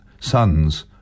sons